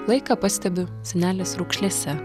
laiką pastebiu senelės raukšlėse